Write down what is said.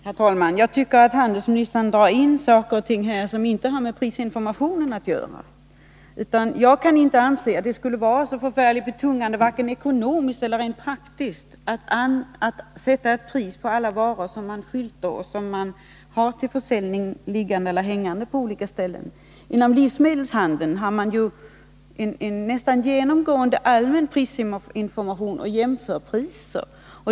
Herr talman! Jag tycker att handelsministern drar in saker och ting som inte har med prisinformationen att göra. Jag kan inte anse att det skulle vara särskilt betungande vare sig ekonomiskt eller rent praktiskt att sätta ett pris på alla varor man skyltar med och har till försäljning liggande eller hängande på olika ställen i affärslokalen. Inom livsmedelshandeln har man en nästan genomgående allmän prisinformation och även information om jämförpriser.